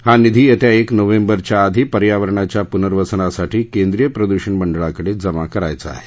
हा निधी येत्या एक नोव्हेंबरच्या आधी पर्यावरणाच्या पुनर्वसनासाठी केंद्रीय प्रदृषण मंडळाकडे जमा करावयाचा आहे